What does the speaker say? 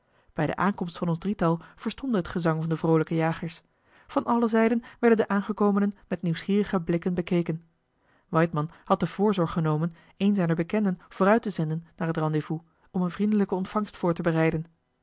bij de aankomst van ons drietal verstomde het gezang van de vroolijke jagers van alle zijden werden de aangekomenen met nieuwsgierige blikken bekeken waidmann had de voorzorg genomen een zijner bekenden vooruit te zenden naar het rendez-vous om eene vriendelijke ontvangst voor te bereiden